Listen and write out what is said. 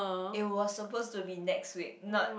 it was supposed to be next week not